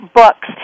books